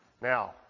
Now